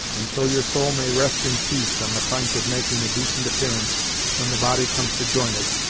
and so your soul may rest in peace on the p'int of making a decent appearance when the body comes to join it,